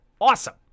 awesome